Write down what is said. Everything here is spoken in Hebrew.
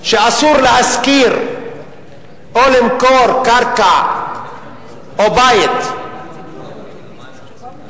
שאסור להשכיר או למכור קרקע או בית לגויים,